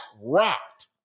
rocked